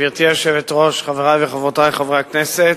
גברתי היושבת-ראש, חברי וחברותי חברי הכנסת,